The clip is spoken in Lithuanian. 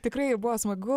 tikrai buvo smagu